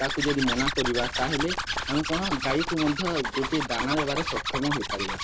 ତାକୁ ଯଦି ମନା କରିବା ତାହେଲେ ଆମେ କଣ ଗାଈକୁ ମଧ୍ୟ ଗୋଟିଏ ଦାନା ଦେବାରେ ସକ୍ଷମ ହୋଇପାରିବା